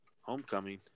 Homecoming